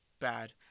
Bad